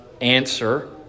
answer